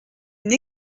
une